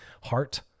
heart